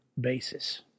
basis